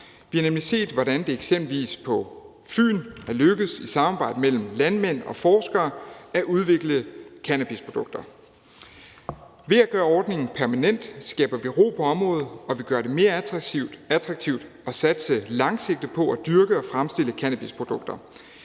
Vi har nemlig set, hvordan det eksempelvis på Fyn er lykkedes i et samarbejde mellem landmænd og forskere at udvikle cannabisprodukter. Ved at gøre ordningen permanent skaber vi ro på området, og vi gør det mere attraktivt at satse langsigtet på at dyrke og fremstille cannabisprodukter.